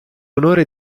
onore